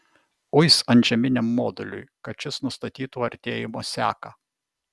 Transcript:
uis antžeminiam moduliui kad šis nustatytų artėjimo seką